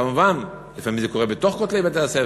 מובן שלפעמים זה קורה בתוך בתי-הספר,